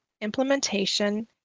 implementation